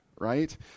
right